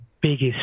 biggest